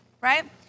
right